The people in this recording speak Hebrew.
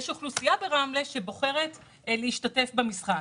יש אוכלוסייה ברמלה שבוחרת להשתתף במשחק.